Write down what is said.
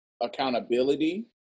accountability